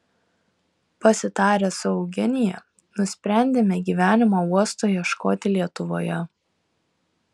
pasitarę su eugenija nusprendėme gyvenimo uosto ieškoti lietuvoje